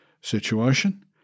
situation